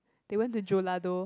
they went to Jeolla-do